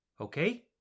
Okay